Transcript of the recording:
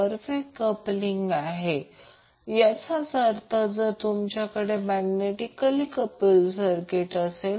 येथे जेव्हा ω t 0 असेल V Im ω c sin 90° असेल